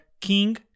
king